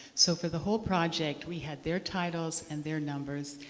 so for the whole project we had their titles and their numbers.